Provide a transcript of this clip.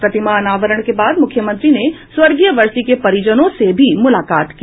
प्रतिमा अनावरण के बाद मुख्यमंत्री ने स्वर्गीय वरसी के परिजनों से भी मुलाकात की